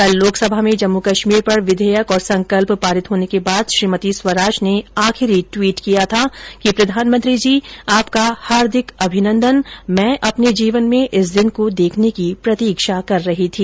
कल लोकसभा में जम्मू कश्मीर पर विधेयक और संकल्प पारित होने के बाद श्रीमती स्वराज ने आखिरी टिवीट किया था कि प्रधानमंत्री जी आपका हार्दिक अभिनंनदन मैं अपने जीवन में इस दिन को देखने की प्रतीक्षा कर रही थी